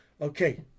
Okay